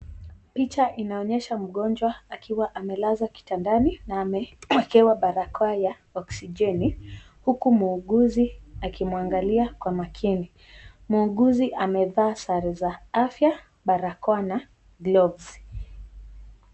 Picha inaonyesha mgonjwa akiwa amelazwa kitandani na amewekewa barakoa ya oksijeni, huku muuguzi akimwangalia kwa makini. Muuguzi amevaa sare za afya, barakoa na gloves .